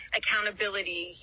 accountability